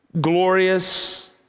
glorious